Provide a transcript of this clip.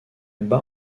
bat